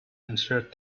answered